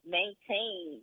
maintain